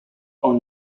are